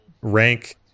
rank